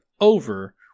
over